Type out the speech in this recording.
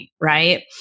right